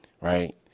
right